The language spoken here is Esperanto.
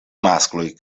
maskloj